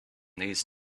these